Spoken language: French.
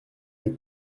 les